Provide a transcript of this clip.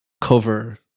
cover